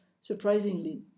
surprisingly